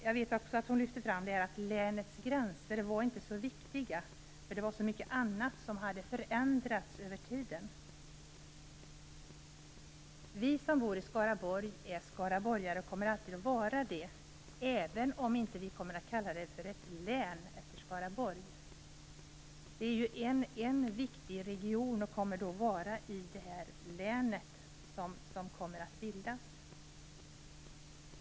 Jag minns också att hon lyfte fram det här med att länets gränser inte var så viktiga, därför att det var så mycket annat som hade förändrats över tiden. Vi som bor i Skaraborg är skaraborgare och kommer alltid att vara det även om vi inte kommer att uppkalla länet efter Skaraborg. Skaraborg är en viktig region, och kommer att vara det i länet som kommer att bildas.